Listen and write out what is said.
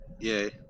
Yay